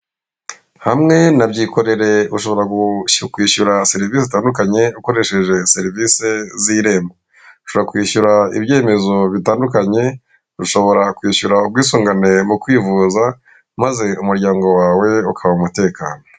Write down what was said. Hamwe nabyikorereye ushobora kwishyura serivisi zitandukanye ukoresheje serivisi z'irembo, ushobora kwishyura ibyemezo bitandukanye ushobora kwishyura ubwisungane mu kwivuza maze umuryango wawe ukaba umutekano.